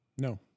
No